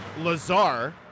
Lazar